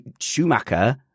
Schumacher